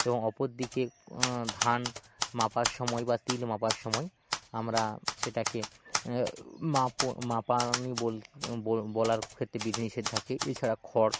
এবং অপর দিকে ধান মাপার সময় বা তিল মাপার সময় আমরা সেটাকে মাপা আমি বলতে বলার ক্ষেত্রে বিধি নিষেধ থাকে এছাড়া খড়